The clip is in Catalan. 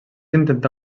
intentà